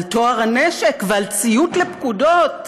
על טוהר הנשק ועל ציות לפקודות.